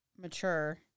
mature